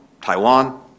Taiwan